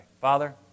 Father